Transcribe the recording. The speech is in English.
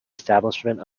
establishment